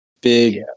big